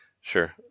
Sure